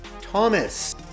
Thomas